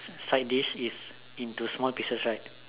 side dish is into small pieces right